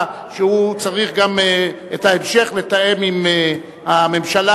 שהוא צריך גם את ההמשך לתאם עם הממשלה,